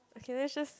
okay let's just